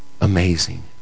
amazing